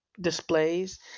displays